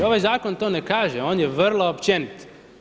Ovaj zakon to ne kaže, on je vrlo općenit.